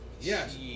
Yes